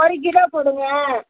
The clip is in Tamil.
ஒரு கிலோ போடுங்க